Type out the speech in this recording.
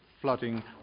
Flooding